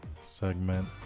segment